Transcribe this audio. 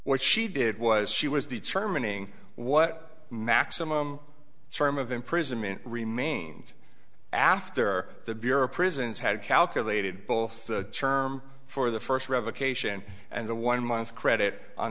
what she did was she was determining what maximum term of imprisonment remained after the bureau of prisons had calculated both the term for the first revocation and the one month credit on